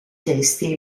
testi